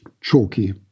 chalky